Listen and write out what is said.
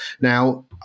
Now